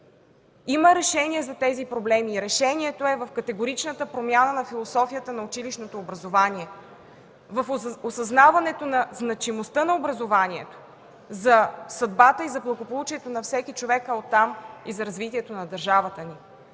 Има решение за тези проблеми и решението е в категоричната промяна на философията на училищното образование, в осъзнаването на значимостта на образованието за съдбата и за благополучието на всеки човек, а оттам и за развитието на държавата ни.